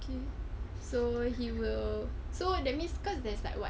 so he will so that means cause there's like what